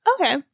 Okay